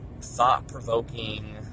thought-provoking